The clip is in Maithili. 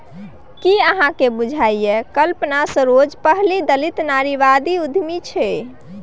कि अहाँक बुझल यै कल्पना सरोज पहिल दलित नारीवादी उद्यमी छै?